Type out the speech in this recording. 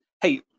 Hey